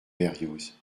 berrios